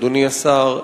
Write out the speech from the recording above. אדוני השר,